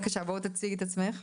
אוקיי בואי תציגי את עצמך.